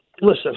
listen